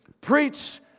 Preach